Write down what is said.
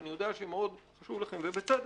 שאני יודע שמאוד חשוב לכם ובצדק.